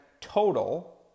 total